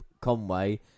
Conway